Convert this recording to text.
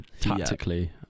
tactically